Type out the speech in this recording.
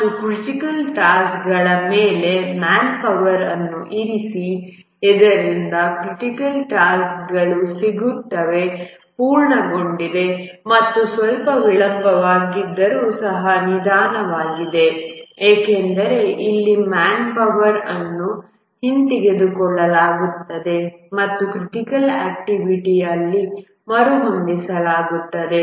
ಮತ್ತು ಕ್ರಿಟಿಕಲ್ ಟಾಸ್ಕ್ಗಳ ಮೇಲೆ ಮ್ಯಾನ್ ಪವರ್ ಅನ್ನು ಇರಿಸಿ ಇದರಿಂದ ಕ್ರಿಟಿಕಲ್ ಟಾಸ್ಕ್ಗಳು ಸಿಗುತ್ತವೆ ಪೂರ್ಣಗೊಂಡಿದೆ ಮತ್ತು ಸ್ವಲ್ಪ ವಿಳಂಬವಾಗಿದ್ದರೂ ಸಹ ನಿಧಾನವಾಗಿದೆ ಏಕೆಂದರೆ ಇಲ್ಲಿ ಮ್ಯಾನ್ ಪವರ್ ಅನ್ನು ಹಿಂತೆಗೆದುಕೊಳ್ಳಲಾಗುತ್ತದೆ ಮತ್ತು ಕ್ರಿಟಿಕಲ್ ಆಕ್ಟಿವಿಟಿ ಅಲ್ಲಿ ಮರುಹೊಂದಿಸಲಾಗುತ್ತದೆ